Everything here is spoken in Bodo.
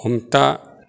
हमथा